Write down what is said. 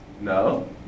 no